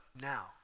now